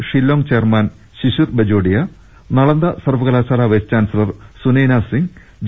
Shillong chairman Shishir Bajoria Nalanda സർവകലാശാല vice chancellor Sunaina Singh J